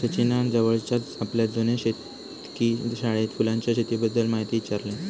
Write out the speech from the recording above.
सचिनान जवळच्याच आपल्या जुन्या शेतकी शाळेत फुलांच्या शेतीबद्दल म्हायती ईचारल्यान